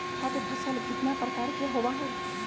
खाद्य फसल कितना प्रकार के होबा हई?